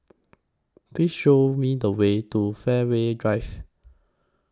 Please Show Me The Way to Fairways Drive